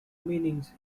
meanings